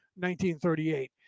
1938